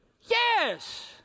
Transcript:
Yes